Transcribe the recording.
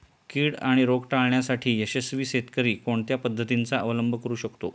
कीड आणि रोग टाळण्यासाठी यशस्वी शेतकरी कोणत्या पद्धतींचा अवलंब करू शकतो?